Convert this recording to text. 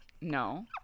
No